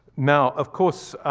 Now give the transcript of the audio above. now, of course,